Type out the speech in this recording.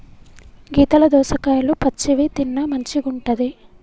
గీతల దోసకాయలు పచ్చివి తిన్న మంచిగుంటది